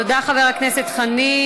דב, דב, תודה לחבר הכנסת חנין.